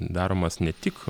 daromas ne tik